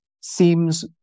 seems